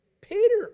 Peter